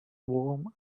warm